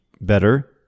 better